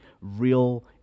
real